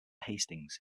hastings